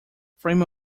frame